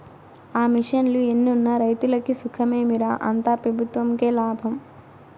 ఆ మిషన్లు ఎన్నున్న రైతులకి సుఖమేమి రా, అంతా పెబుత్వంకే లాభం